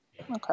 okay